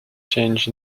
change